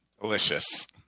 Delicious